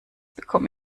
bekomme